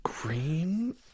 Green